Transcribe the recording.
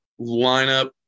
lineup